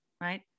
right